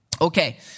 Okay